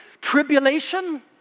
tribulation